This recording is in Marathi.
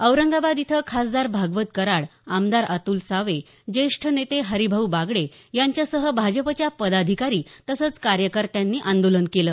औरंगाबाद इथं खासदार भागवत कराड आमदार अतुल सावे ज्येष्ठ नेते हरिभाऊ बागडे यांच्यासह भाजपच्या पदाधिकारी तसंच कार्यकर्त्यांनी आंदोलन केलं